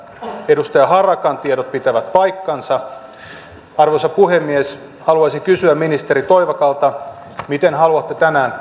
edustaja harakan tiedot pitävät paikkansa arvoisa puhemies haluaisin kysyä ministeri toivakalta miten haluatte